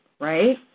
Right